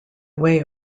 way